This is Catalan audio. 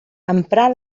emprar